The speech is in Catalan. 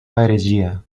heretgia